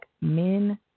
men